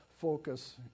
focus